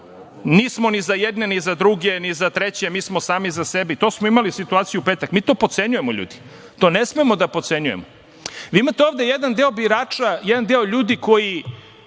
nismo ni za jedne ni za druge, ni za treće, mi smo sami za sebe i to smo imali situaciju u petak, mi to potcenjujemo ljudi. To ne smemo da potcenjujemo. Imate ovde jedan deo ljudi koji